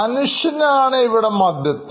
മനുഷ്യനാണ് ഇവിടെ മധ്യത്തിൽ